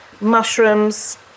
mushrooms